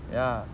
ya